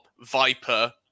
Viper